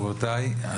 רבותיי,